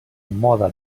moda